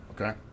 okay